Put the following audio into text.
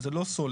זה לא סולר.